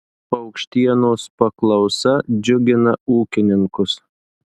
paukštienos paklausa džiugina ūkininkus